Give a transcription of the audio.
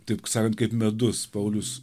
taip sakant kaip medus paulius